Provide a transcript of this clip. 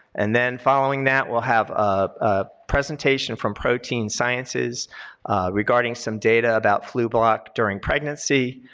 and then following that we'll have a presentation from protein sciences regarding some data about flublok during pregnancy,